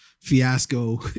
fiasco